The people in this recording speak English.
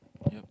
yup